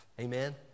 Amen